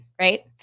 right